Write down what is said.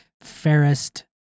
Fairest